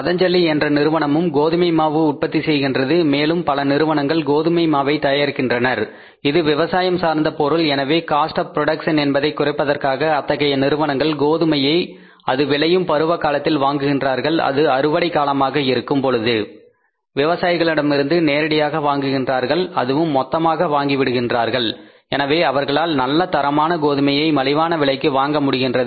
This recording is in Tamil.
பதஞ்சலி என்ற நிறுவனமும் கோதுமை மாவை உற்பத்தி செய்கின்றது மேலும் பல நிறுவனங்கள் கோதுமை மாவை தயாரிக்கின்றனர் இது விவசாயம் சார்ந்த பொருள் எனவே காஸ்ட் ஆப் புரோடக்சன் என்பதைக் குறைப்பதற்காக அத்தகைய நிறுவனங்கள் கோதுமையை அது விளையும் பருவகாலத்தில் வாங்குகின்றார்கள் அது அறுவடை காலமாக இருக்கும் பொழுது விவசாயிகளிடமிருந்து நேரடியாக வாங்குகின்றார்கள் அதுவும் மொத்தமாக வாங்கி விடுகின்றார்கள் எனவே அவர்களால் நல்ல தரமான கோதுமையை மலிவான விலைக்கு வாங்க முடிகின்றது